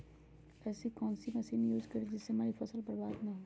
ऐसी कौन सी मशीन हम यूज करें जिससे हमारी फसल बर्बाद ना हो?